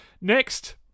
Next